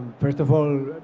first of all,